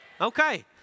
Okay